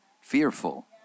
fearful